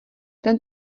ten